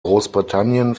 großbritannien